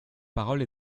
parole